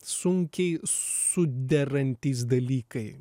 sunkiai suderantys dalykai